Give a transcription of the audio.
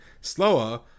slower